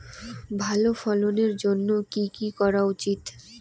ভালো ফলনের জন্য কি কি করা উচিৎ?